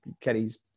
Kenny's